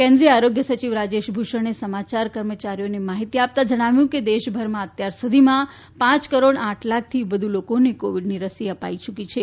કેન્દ્રિય આરોગ્ય સચિવ રાજેશ ભૂષણે સમાચાર કર્મચારીઓને માહિતી આપતા જણાવ્યું છે કે દેશભરમાં અત્યાર સુધીમાં પાંચ કરોડ આઠ લાખથી વધુ લોકોને કોવિડની રસી અપાઈ યૂકી છે